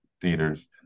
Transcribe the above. theaters